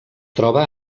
troba